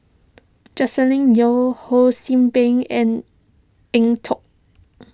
Joscelin Yeo Ho See Beng and Eng Tow